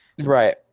Right